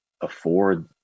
afford